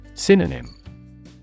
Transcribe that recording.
Synonym